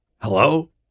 Hello